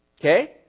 Okay